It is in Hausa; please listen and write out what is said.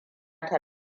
ta